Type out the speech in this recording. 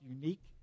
unique